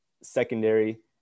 secondary